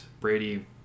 Brady